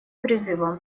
призывом